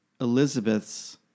Elizabeth's